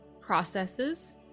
processes